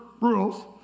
rules